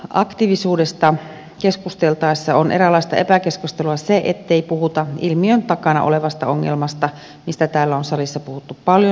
äänestysaktiivisuudesta keskusteltaessa on eräänlaista epäkeskustelua se ettei puhuta ilmiön takana olevasta ongelmasta mistä täällä salissa on puhuttu paljon